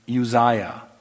Uzziah